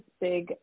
big